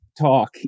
talk